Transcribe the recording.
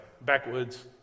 backwoods